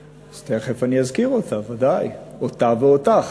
יש לך ולי הצעת חוק